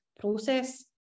Process